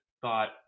thought